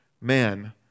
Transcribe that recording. man